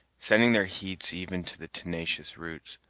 sending their heats even to the tenacious roots,